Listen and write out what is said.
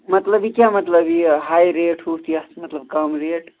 مطلب یہِ کیٛاہ مطلب یہِ ہاے ریٹ ہُتھ یَتھ مطلب کَم ریٹ